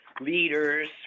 leaders